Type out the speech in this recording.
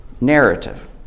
narrative